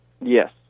yes